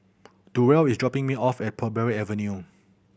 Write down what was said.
Durrell is dropping me off at Parbury Avenue